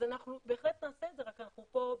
אז אנחנו בהחלט נעשה את זה, רק אנחנו פה בסטייג'